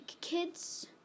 kids